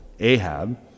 Ahab